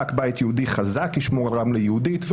רק בית יהודי חזק ישמור על